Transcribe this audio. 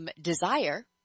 Desire